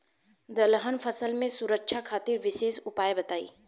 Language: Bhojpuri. दलहन फसल के सुरक्षा खातिर विशेष उपाय बताई?